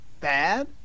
bad